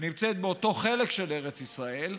שנמצאת באותו חלק של ארץ ישראל,